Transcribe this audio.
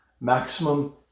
maximum